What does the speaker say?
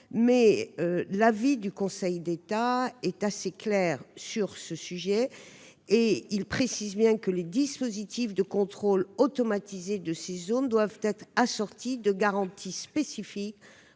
L'avis du Conseil d'État est assez clair sur ce sujet : il est bien précisé que les dispositifs de contrôle automatisé de ces zones doivent être assortis de garanties spécifiques